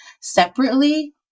separately